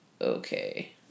Okay